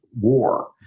war